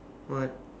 what